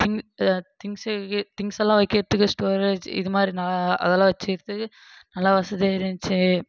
திங்ஸை திங்ஸ்லாம் வைக்கிறதுக்கு ஸ்டோரேஜ் இது மாதிரி நல்லா அதெல்லாம் வச்சுக்கிறதுக்கு நல்லா வசதியாக இருந்துச்சு